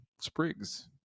sprigs